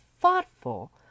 thoughtful